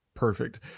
perfect